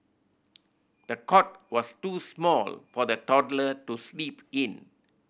the cot was too small for the toddler to sleep in